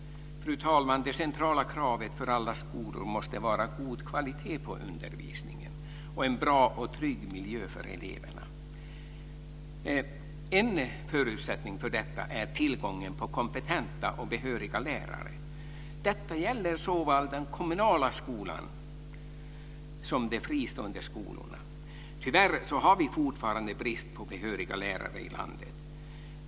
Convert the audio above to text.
Fru talman! Det centrala kravet för alla skolor måste vara god kvalitet på undervisningen och en bra och trygg miljö för eleverna. En förutsättning för detta är tillgången på kompetenta och behöriga lärare. Detta gäller såväl den kommunala som de fristående skolorna. Tyvärr har vi fortfarande brist på behöriga lärare i landet.